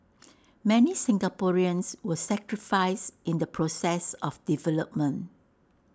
many Singaporeans were sacrificed in the process of development